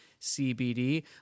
cbd